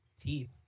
teeth